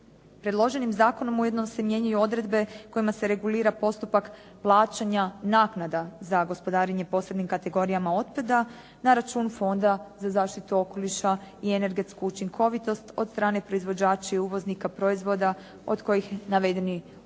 Predloženim zakonom ujedno se mijenjaju odredbe kojima se regulira postupak plaćanja naknada za gospodarenje posebnim kategorijama otpada na račun Fonda za zaštitu okoliša i energetsku učinkovitost od strane proizvođača i uvoznika proizvoda od kojih navedeni otpad